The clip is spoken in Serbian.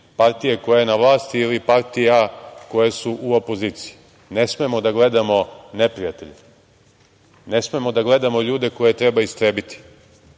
partije koja je na vlasti ili partija koje su u opoziciji. Ne smemo da gledamo neprijatelje. Ne smemo da gledamo ljude koje treba istrebiti.